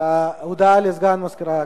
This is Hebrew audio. נתקבלה.